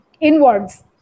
inwards